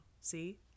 See